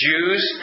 Jews